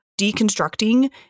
deconstructing